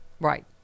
right